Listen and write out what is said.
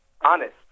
honest